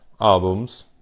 albums